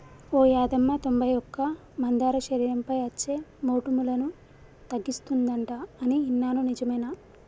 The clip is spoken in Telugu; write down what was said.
ఓ యాదమ్మ తొంబై ఒక్క మందార శరీరంపై అచ్చే మోటుములను తగ్గిస్తుందంట అని ఇన్నాను నిజమేనా